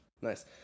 Nice